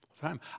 time